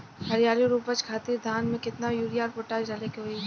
हरियाली और उपज खातिर धान में केतना यूरिया और पोटाश डाले के होई?